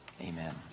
Amen